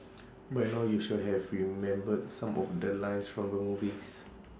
by now you should have remembered some of the lines from the movies